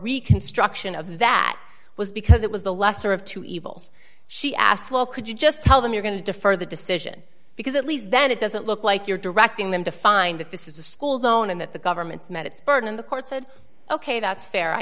reconstruction of that was because it was the lesser of two evils she asked well could you just tell them you're going to defer the decision because at least then it doesn't look like you're directing them to find that this is a school zone and that the government's met its burden and the courts said ok that's fair i